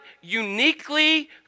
uniquely